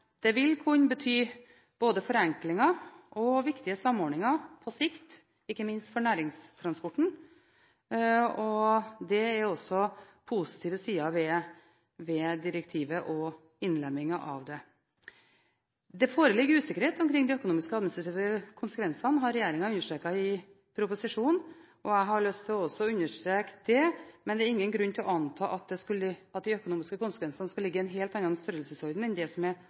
Det vil kunne bety både forenklinger og viktige samordninger på sikt, ikke minst for næringstransporten, og det er også positive sider ved direktivet og innlemmingen av det. Det foreligger usikkerhet omkring de økonomiske og administrative konsekvensene, har regjeringen understreket i proposisjonen, og jeg har også lyst til å understreke det, men det er ingen grunn til å anta at de økonomiske konsekvensene skal ligge i en helt annen størrelsesorden enn det som er